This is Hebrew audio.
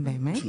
באמת?